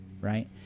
right